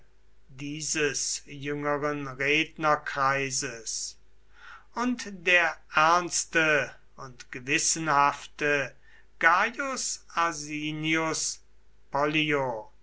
dieses jüngeren rednerkreises und der ernste und gewissenhafte gaius asinius